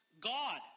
God